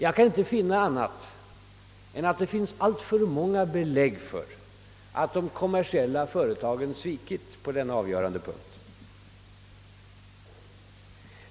Jag kan inte finna annat än att det finns alltför många belägg för att de kommersiella företagen svikit på den avgörande punkten.